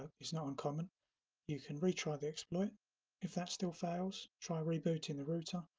it's not uncommon you can retry the exploit if that still fails try rebooting the router.